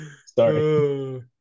Sorry